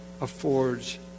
affords